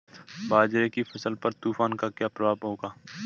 बाजरे की फसल पर तूफान का क्या प्रभाव होगा?